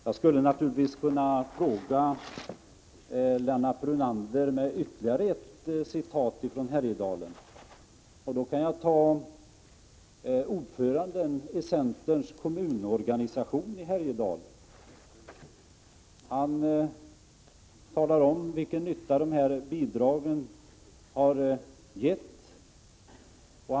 Jag skulle naturligtvis kunna plåga Lennart Brunander med ytterligare ett citat från nödropet i Härjedalen. Jag skulle kunna återge vad ordföranden i centerns kommunorganisation i Härjedalen har sagt. Han talar om vilken nytta dessa bidrag har gjort.